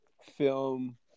film